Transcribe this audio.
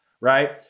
Right